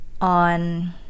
on